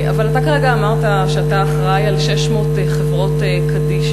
אתה אמרת כרגע שאתה אחראי ל-600 חברות קדישא,